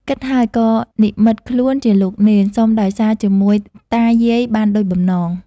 គិតហើយ ក៏និម្មិតខ្លួនជាលោកនេន សុំដោយសារជាមួយតាយាយបានដូចបំណង ។